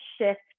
shift